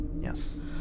Yes